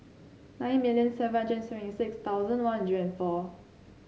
nine million seven hundred seventy six thousand One Hundred and four